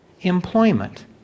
employment